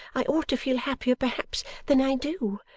i ought to feel happier perhaps than i do,